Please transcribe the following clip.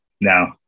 no